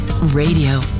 Radio